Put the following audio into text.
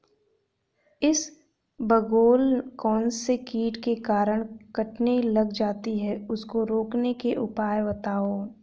इसबगोल कौनसे कीट के कारण कटने लग जाती है उसको रोकने के उपाय बताओ?